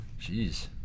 jeez